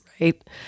right